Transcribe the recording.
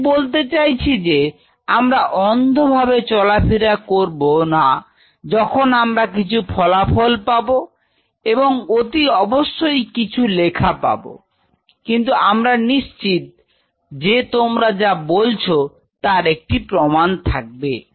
আমি বলতে চাইছি যে আমরা অন্ধ ভাবে চলাফেরা করব যখন আমরা কিছু ফলাফল পাব এবং অতি অবশ্যই কিছু লেখা পাব কিন্তু আমরা নিশ্চিত যে তোমরা যা বলছ তার একটি প্রমাণ থাকবে